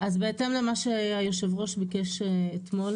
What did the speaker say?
בהתאם למה שהיו"ר ביקש אתמול,